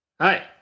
Hi